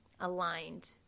aligned